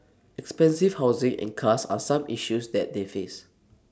expensive housing and cars are some issues that they face